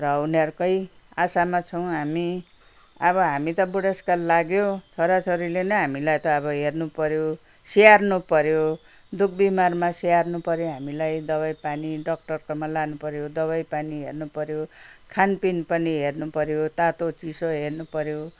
र उनीहरूकै आशामा छौँ हामी अब हामी त बुढेसकाल लाग्यो छोराछोरीले नै हामीलाई त अब हेर्नुपर्यो स्याहार्नु पर्यो दुःख बिमारमा स्याहार्नु पर्यो हामीलाई दबाई पानी डक्टरकोमा लानुपर्यो दबाई पानी हेर्नुपर्यो खानपिन पनि हेर्नुपर्यो तातो चिसो हेर्नुपर्यो